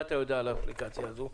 מה אתה יודע על האפליקציה הזו?